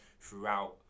throughout